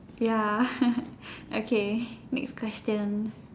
ya okay next question